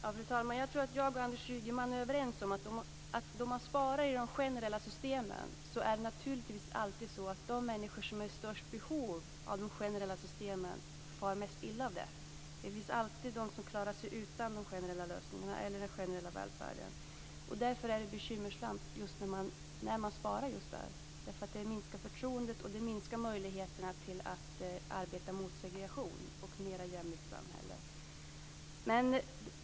Fru talman! Jag tror att jag och Anders Ygeman är överens om att när man sparar i de generella systemen är det alltid de människor som är i störst behov av de generella systemen som far mest illa. Det finns alltid de som klarar sig utan de generella lösningarna eller den generella välfärden. Därför är det bekymmersamt när man sparar just där; det minskar förtroendet och minskar möjligheterna att arbeta mot segregation och för ett mer jämlikt samhälle.